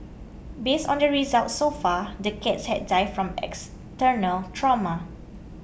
based on the results so far the cats had died from external trauma